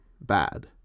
bad